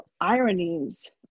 ironies